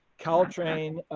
caltrain,